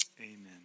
Amen